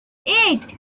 eight